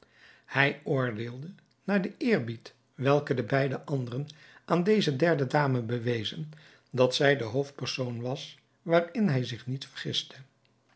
hij oordeelde naar den eerbied welke de beide anderen aan deze derde dame bewezen dat zij de hoofdpersoon was waarin hij zich niet vergiste